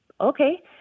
Okay